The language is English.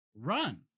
run